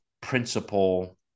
principle